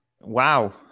Wow